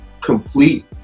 complete